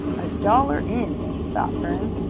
a dollar in! thought burns,